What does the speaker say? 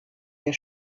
der